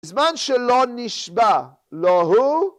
זמן שלא נשבע, לא הוא